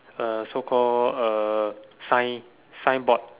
uh the so called uh sign signboard